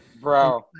Bro